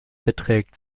beträgt